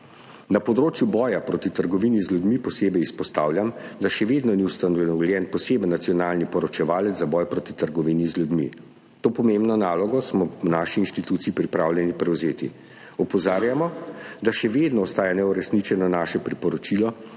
Na področju boja proti trgovini z ljudmi posebej izpostavljam, da še vedno ni ustanovljen poseben nacionalni poročevalec za boj proti trgovini z ljudmi. To pomembno nalogo smo v naši inštituciji pripravljeni prevzeti. Opozarjamo, da še vedno ostaja neuresničeno naše priporočilo,